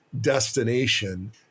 destination